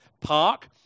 park